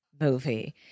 movie